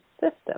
system